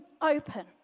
open